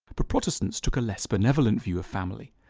but protestants took a less benevolent view of family.